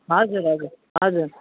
हजुर हजुर हजुर